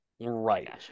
right